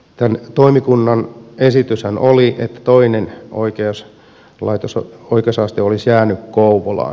tämän toimikunnan esityshän oli että toinen oikeusaste olisi jäänyt kouvolaan